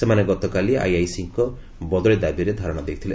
ସେମାନେ ଗତକାଲି ଆଇଆଇସି ଙ୍କ ବଦଳି ଦାବିରେ ଧାରଣା ଦେଇଥିଲେ